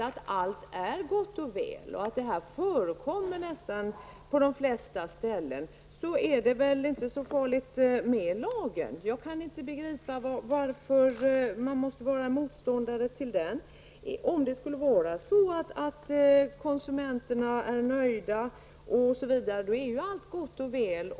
Om allt är så gott och väl som ni säger, och om prismärkning förekommer på de flesta håll, då är det väl inte så farligt med lagstiftning. Jag förstår inte varför ni är motståndare till en sådan. Om verkligen konsumenterna är nöjda, då är ju allt gott och väl.